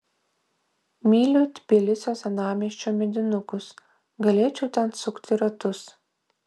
myliu tbilisio senamiesčio medinukus galėčiau ten sukti ratus